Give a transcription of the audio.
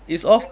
it's all